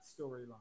storyline